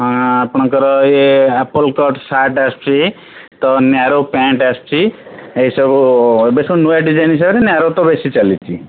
ହଁ ଆପଣଙ୍କର ଇଏ ଆପଲ୍ କଟ୍ ସାର୍ଟ୍ ଆସୁଛି ତ ନ୍ୟାରୋ ପ୍ୟାଣ୍ଟ ଆସିଛି ଏଇ ସବୁ ଏବେ ସବୁ ନୂଆ ଡିଜାଇନ୍ ହିସାବରେ ନ୍ୟାରୋ ତ ବେଶି ଚାଲିଚି